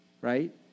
right